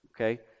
okay